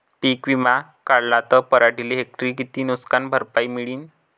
पीक विमा काढला त पराटीले हेक्टरी किती नुकसान भरपाई मिळीनं?